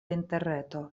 interreto